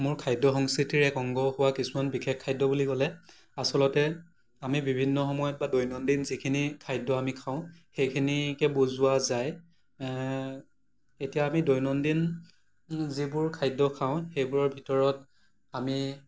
মোৰ খাদ্য সংস্কৃতিৰ এক অংগ হোৱা কিছুমান বিশেষ খাদ্য বুলি ক'লে আচলতে আমি বিভিন্ন সময়ত বা দৈনন্দিন যিখিনি খাদ্য আমি খাওঁ সেইখিনিকে বুজোৱা যায় এতিয়া আমি দৈনন্দিন যিবোৰ খাদ্য খাওঁ সেইবোৰৰ ভিতৰত আমি